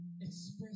express